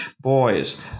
Boys